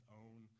own